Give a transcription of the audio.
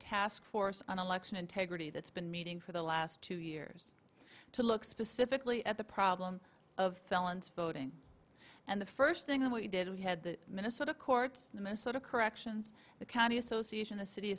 task force on election integrity that's been meeting for the last two years to look specifically at the problem of felons voting and the first thing we did we had the minnesota courts the minnesota corrections the county association the city